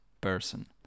person